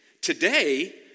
Today